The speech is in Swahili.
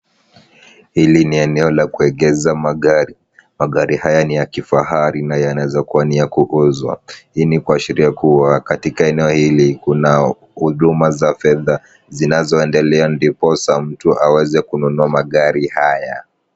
Hili ni eneo la kuegeza magari. Magari haya ni ya kifahari na yanawezakuwa ni ya kuuzwa. Hii ni kuashiria kuwa katika eneo hili kuna huduma za fedha zinazoendelea ndiposa mtu aweze kununua magari haya.